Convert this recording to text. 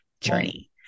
journey